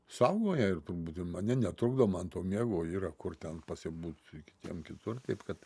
saugoja ir turbūt ir mane netrukdo man to miego yra kur ten pasibūt kitiem kitur taip kad